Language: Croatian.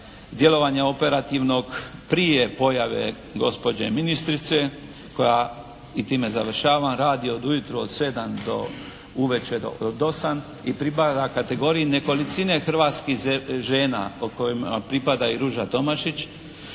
djelovanja operativnog prije pojave gospođe ministrice koja i time završavam, radi od ujutro od 7 do uveče do 8 i pripada kategoriji nekolicine hrvatskih žena kojima pripada i Ruža Tomašić,